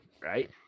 right